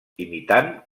imitant